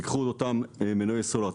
קחו את אותם מנויי סלולר,